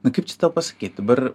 nu kaip čia tau pasakyt dabar